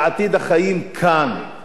זאת עובדה.